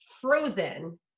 frozen